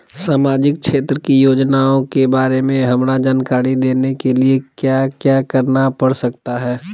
सामाजिक क्षेत्र की योजनाओं के बारे में हमरा जानकारी देने के लिए क्या क्या करना पड़ सकता है?